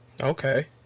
Okay